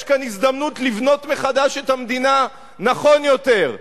יש כאן הזדמנות לבנות מחדש את המדינה נכון יותר.